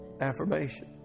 affirmation